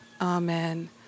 Amen